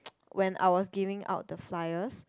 when I was giving out the flyers